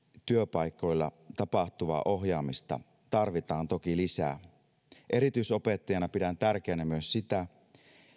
työpaikoilla tapahtuvaa ohjaamista tarvitaan toki lisää erityisopettajana pidän tärkeänä myös sitä